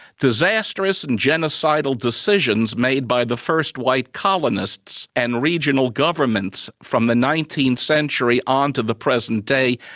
disastrous and genocidal decisions made by the first white colonists and regional governments, from the nineteenth century on to the present day,